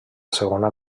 segona